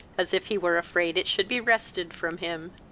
as if he were afraid it should be wrested from him.